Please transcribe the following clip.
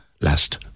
last